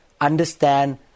understand